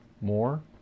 more